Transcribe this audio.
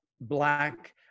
black